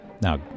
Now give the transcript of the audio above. now